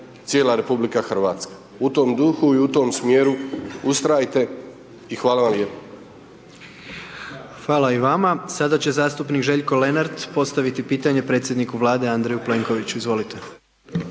cijela RH. U tom duhu i u tom smjeru ustrajte i hvala vam lijepo. **Jandroković, Gordan (HDZ)** Hvala i vama, sada će zastupnik Željko Lenart postaviti pitanje predsjedniku Vlade Andreju Plenkoviću, izvolite.